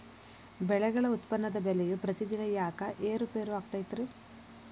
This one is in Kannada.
ಬೆಳೆಗಳ ಉತ್ಪನ್ನದ ಬೆಲೆಯು ಪ್ರತಿದಿನ ಯಾಕ ಏರು ಪೇರು ಆಗುತ್ತೈತರೇ?